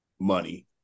money